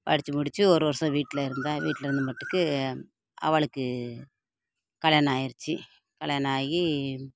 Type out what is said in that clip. படித்து முடித்து ஒரு வருடம் வீட்டில் இருந்தால் வீட்டில் இருந்தமாட்டுக்கு அவளுக்கு கல்யாணம் ஆகிருச்சு கல்யாணம் ஆகி